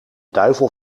duivel